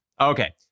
Okay